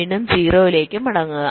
വീണ്ടും 0 ലേക്ക് മടങ്ങുക